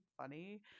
funny